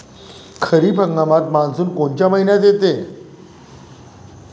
खरीप हंगामात मान्सून कोनच्या मइन्यात येते?